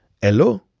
Hello